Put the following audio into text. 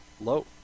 low